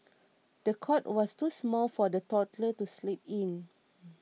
the cot was too small for the toddler to sleep in